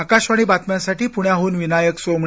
आकाशवाणी बातम्यांसाठी पुण्याहुन विनायक सोमणी